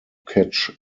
catch